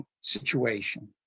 situation